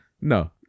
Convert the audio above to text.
No